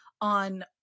on